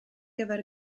gyfer